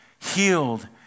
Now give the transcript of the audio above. healed